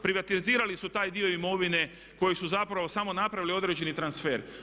Privatizirali su taj dio imovine koji su zapravo samo napravili određeni transfer.